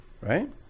Right